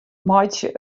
meitsje